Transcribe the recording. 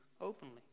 openly